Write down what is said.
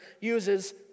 uses